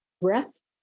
breath